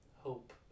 hope